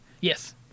yes